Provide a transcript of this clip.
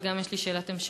וגם יש לי שאלת המשך.